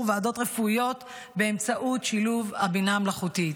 ועדות רפואיות באמצעות שילוב הבינה המלאכותית,